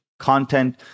content